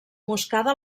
moscada